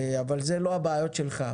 אבל אלה לא הבעיות שלך.